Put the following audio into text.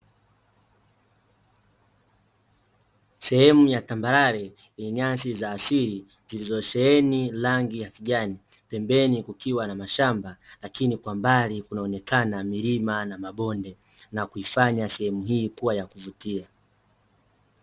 Sehemu ya tambarare, yenye nyasi za asili, zilizo sheheni rangi ya kijani. Pembeni kukiwa na mashamba , lakini kwa mbali kunaonekana milima na mabonde na kuifanya sehemu hii kuwa ya kuvutia.